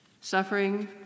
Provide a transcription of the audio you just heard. Suffering